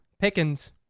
Pickens